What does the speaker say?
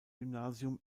gymnasium